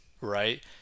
right